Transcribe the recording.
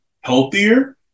healthier